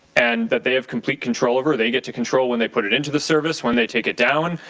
and that they have complete control over they get to control when they put it into the service, when they take it down,